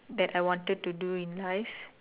that I wanted to do in life